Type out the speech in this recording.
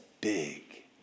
Big